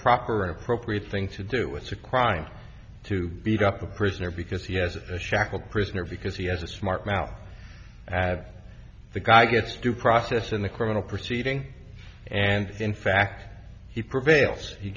proper and appropriate thing to do with a crime to beat up a prisoner because he has a shackled prisoner because he has a smart mouth at the guy gets due process in the criminal proceeding and in fact he prevails